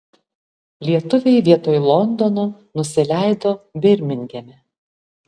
lietuviai vietoj londono nusileido birmingeme